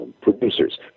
producers